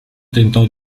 tentò